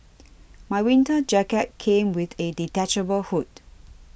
my winter jacket came with a detachable hood